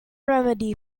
remedy